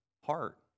heart